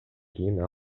кийин